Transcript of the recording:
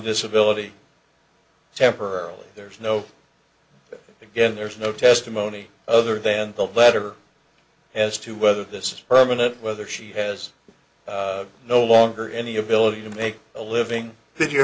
disability temporarily there's no again there is no testimony other than the letter as to whether this is permanent whether she has no longer any ability to make a living that your